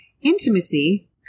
intimacy